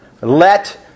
Let